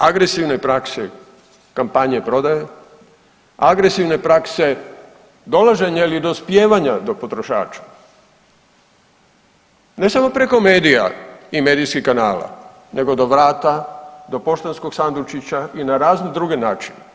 Agresivne prakse kampanje prodaje, agresivne prakse dolaženja ili dospijevanja do potrošača, ne samo preko medija i medijski kanala nego do vrata, do poštanskog sandučića i na razne druge načine.